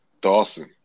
Dawson